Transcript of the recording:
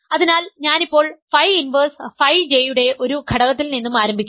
അതിനാൽ ഞാനിപ്പോൾ phi inverse phi J യുടെ ഒരു ഘടകത്തിൽ നിന്നും ആരംഭിക്കുന്നു